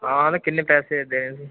हां ते किन्ने पैसे देने न तुसें